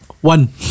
One